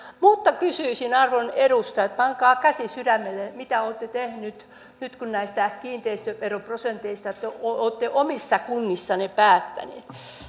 mutta kysyisin arvon edustajat pankaa käsi sydämelle mitä olette tehneet nyt kun näistä kiinteistöveroprosenteista olette omissa kunnissanne päättäneet